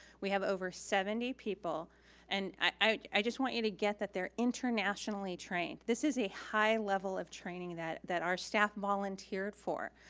we have over seventy people and i just want you to get that they're internationally trained. this is a high level of training that that our staff volunteer for.